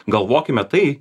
galvokime tai